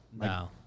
No